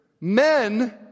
men